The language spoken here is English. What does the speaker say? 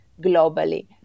globally